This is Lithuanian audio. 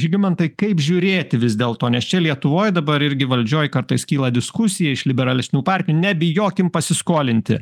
žygimantai kaip žiūrėti vis dėl to nes čia lietuvoj dabar irgi valdžioj kartais kyla diskusija iš liberalesnių partijų nebijokim pasiskolinti